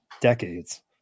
decades